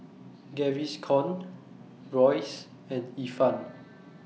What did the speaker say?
Gaviscon Royce and Ifan